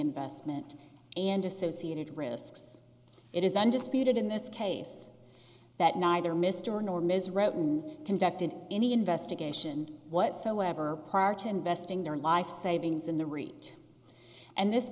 investment and associated risks it is undisputed in this case that neither mr nor ms roatan conducted any investigation whatsoever prior to investing their life savings in the read and this